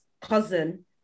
cousin